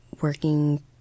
working